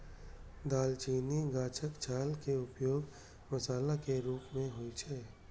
दालचीनी गाछक छाल के उपयोग मसाला के रूप मे होइ छै